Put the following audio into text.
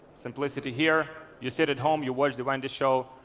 simplicity here. you sit at home, you watch the wendy show,